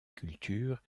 culture